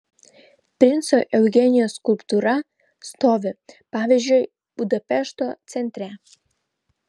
princo eugenijaus skulptūra stovi pavyzdžiui budapešto centre